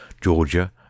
Georgia